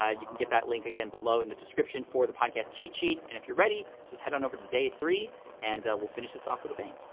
um you can get that link ago below in the description for the podcast cheat sheet, and if you're ready, just head on over to day three and we'll finish this off with a bang.